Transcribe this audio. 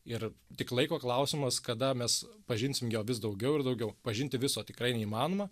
ir tik laiko klausimas kada mes pažinsim jo vis daugiau ir daugiau pažinti viso tikrai neįmanoma